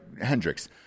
Hendrix